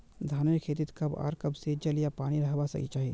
धानेर खेतीत कब आर कब से जल या पानी रहबा चही?